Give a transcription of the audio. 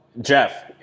Jeff